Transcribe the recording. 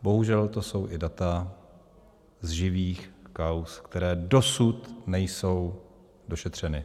Bohužel to jsou i data z živých kauz, které dosud nejsou došetřeny.